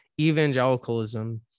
evangelicalism